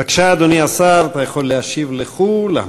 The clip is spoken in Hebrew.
בבקשה, אדוני השר, אתה יכול להשיב לכו-לם.